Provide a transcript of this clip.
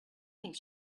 think